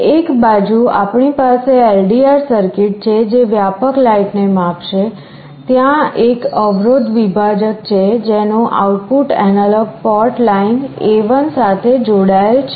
એક બાજુ આપણી પાસે LDR સર્કિટ છે જે વ્યાપક લાઇટને માપશે ત્યાં એક અવરોધ વિભાજક છે જેનું output analog port line A1 સાથે જોડાયેલ છે